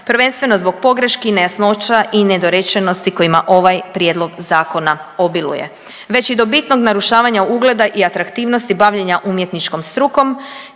prvenstveno zbog pogreški, nejasnoća i nedorečenosti kojima ovaj prijedlog zakona obiluje, već i do bitnog narušavanja ugleda i atraktivnosti bavljenja umjetničkom strukom